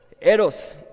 Eros